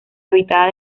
habitada